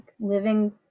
living